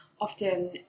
Often